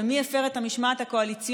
ומי הפר את המשמעת הקואליציונית.